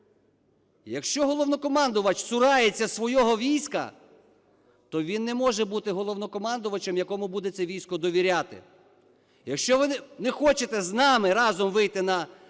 якщо Головнокомандувач цурається свого війська, то він не може бути Головнокомандувачем, якому буде це військо довіряти. Якщо ви не хочете з нами разом вийти на цей